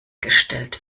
gestellt